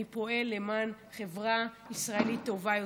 פועל למען חברה ישראלית טובה יותר.